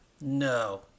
No